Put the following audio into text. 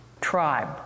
Tribe